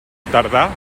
tardà